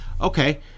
Okay